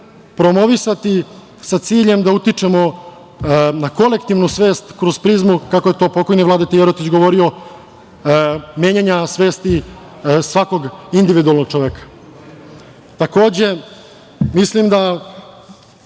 promovisati, sa ciljem da utičemo na kolektivnu svet kroz prizmu, kako je to pokojni Vladeta Jerotić govorio, menjanja svesti svakog individualnog čoveka. Kada